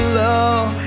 love